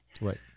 right